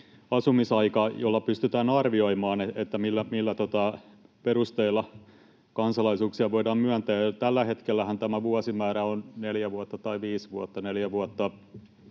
asumisaika, jolla pystytään arvioimaan, millä perusteilla kansalaisuuksia voidaan myöntää. Tällä hetkellähän tämä vuosimäärä on neljä vuotta tai viisi vuotta: neljä vuotta